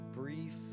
brief